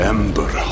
Ember